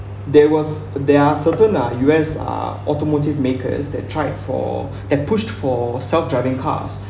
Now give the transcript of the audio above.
there was there are certain uh U_S uh automotive makers that tried for that pushed for self-driving cars